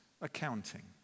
accounting